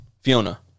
Fiona